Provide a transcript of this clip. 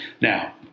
Now